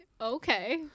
Okay